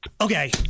Okay